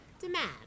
Demand